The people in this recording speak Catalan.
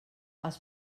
els